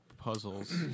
puzzles